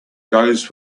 goes